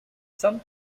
some